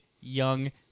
young